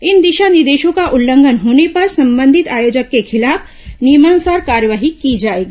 इन दिशा निर्देशों का उल्लंघन होने पर संबंधित आयोजक के खिलाफ नियमानुसार कार्रवाई की जाएगी